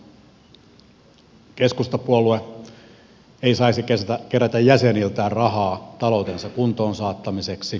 keskustapuolue ei saisi kerätä jäseniltään rahaa taloutensa kuntoon saattamiseksi